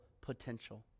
potential